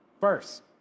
First